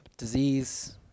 disease